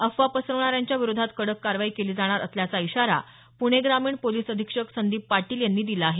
अफवा पसरवणाऱ्यांच्या विरोधात कडक कारवाई केली जाणार आहे असा इशारा पुणे ग्रामीण पोलिस अधीक्षक संदीप पाटील यांनी दिला आहे